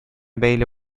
бәйле